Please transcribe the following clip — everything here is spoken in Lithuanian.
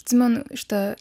atsimenu šitą